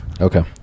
Okay